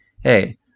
hey